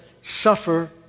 suffer